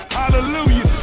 hallelujah